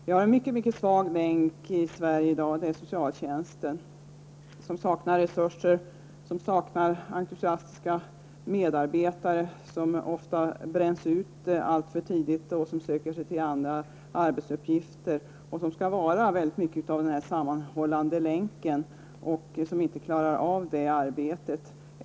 Det finns en mycket svag länk i dagens Sverige, och det är socialtjänsten. Socialtjänsten saknar resurser och entusiastiska medarbetare. Socialarbetarna bränns ofta ut alltför tidigt och söker sig andra arbetsuppgifter. De skall egentligen utgöra den sammanhållande länken, men de klarar inte detta arbete.